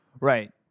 Right